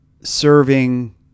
serving